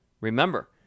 Remember